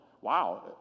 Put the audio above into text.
Wow